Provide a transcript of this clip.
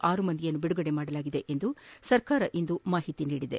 ಆರು ಮಂದಿಯನ್ನು ಬಿಡುಗಡೆ ಮಾಡಲಾಗಿದೆ ಎಂದು ಸರ್ಕಾರ ಇಂದು ಮಾಹಿತಿ ನೀಡಿದೆ